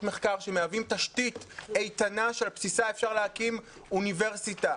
מחקר שמהווים תשתית איתנה שלבסיסה אפשר להקים אוניברסיטה.